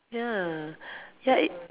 ya ya it